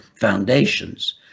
foundations